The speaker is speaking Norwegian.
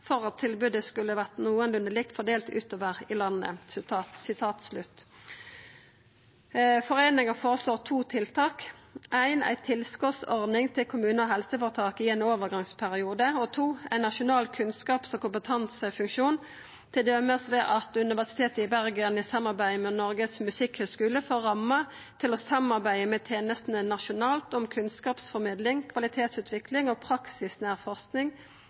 for at tilbodet skulle vore nokolunde likt fordelt utover i landet. Foreininga føreslår to tiltak. Det eine er ei tilskotsordning til kommunar og helseføretak i ein overgangsperiode. Det andre er ein nasjonal kunnskaps- og kompetansefunksjon, t.d. ved at Universitetet i Bergen, i samarbeid med Noregs musikkhøgskole, får rammer til å samarbeida med tenestene nasjonalt om kunnskapsformidling, kvalitetsutvikling og praksisnær forsking,